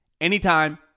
anytime